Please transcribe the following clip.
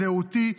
זהותי,